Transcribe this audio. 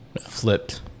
flipped